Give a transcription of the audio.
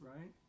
right